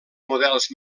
models